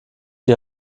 die